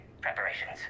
preparations